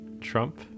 Trump